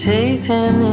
Satan